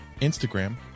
Instagram